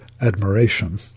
admiration